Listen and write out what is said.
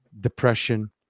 depression